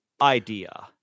idea